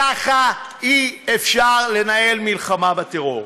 ככה אי-אפשר לנהל מלחמה בטרור.